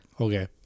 Okay